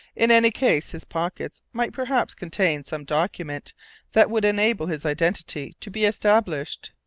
in any case his pockets might perhaps contain some document that would enable his identity to be established.